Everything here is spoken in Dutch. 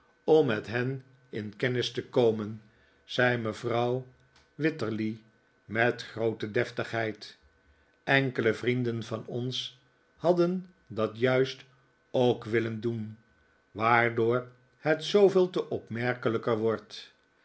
om met hen in kennis te komen zei mevrouw wititterly met groote deftigheid enkele vrienden van ons hadden dat juist ook willen doen waardoor het zooveel te opmerkelijker wordt